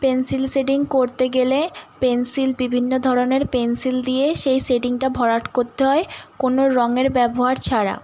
pencil shading করতে গেলে pencil বিভিন্ন ধরনের পেনসিল দিয়ে সেই শেডিংটা ভরাট করতে হয় কোনো রঙের ব্যবহার ছাড়া